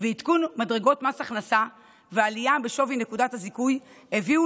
ועדכון מדרגות מס הכנסה ועלייה בשווי נקודת הזיכוי הביאו